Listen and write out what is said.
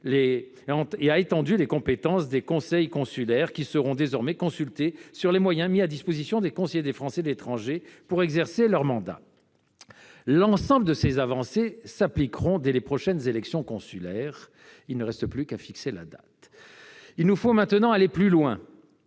et a étendu les compétences des conseils consulaires, qui seront désormais consultés sur les moyens mis à la disposition des conseillers des Français de l'étranger pour exercer leur mandat. L'ensemble de ces avancées s'appliquera dès les prochaines élections consulaires, dont il ne reste qu'à fixer la date. Il nous faut maintenant aller plus loin.